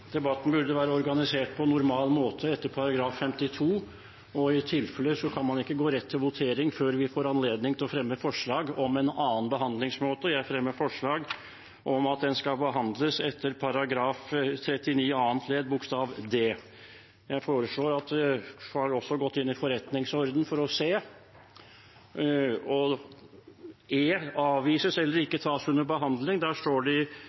Debatten burde vært organisert på normal måte, etter § 52. I så tilfelle kan man ikke gå rett til votering før vi får anledning til å fremme forslag om en annen behandlingsmåte, og jeg fremmer forslag om at den skal behandles etter § 39 annet ledd bokstav d. Jeg har gått inn i forretningsordenen for å se hva som står der, og i Stortingets forretningsorden med kommentarer står